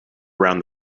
around